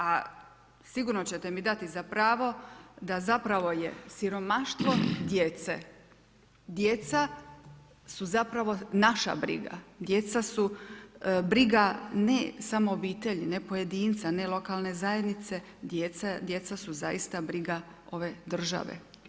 A sigurno ćete mi dati za pravo da zapravo je siromaštvo djece, djeca su zapravo naša briga, djeca su briga, ne samo obitelji, ne pojedinca, ne lokalne zajednice, djeca su zaista briga ove države.